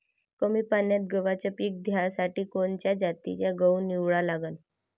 कमी पान्यात गव्हाचं पीक घ्यासाठी कोनच्या जातीचा गहू निवडा लागन?